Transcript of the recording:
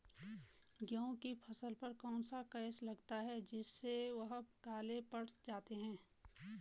गेहूँ की फसल पर कौन सा केस लगता है जिससे वह काले पड़ जाते हैं?